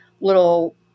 little